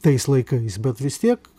tais laikais bet vis tiek